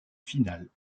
finale